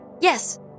yes